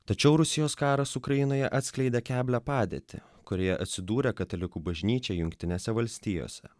tačiau rusijos karas ukrainoje atskleidė keblią padėtį kurioje atsidūrė katalikų bažnyčia jungtinėse valstijose